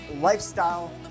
lifestyle